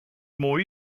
more